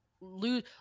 lose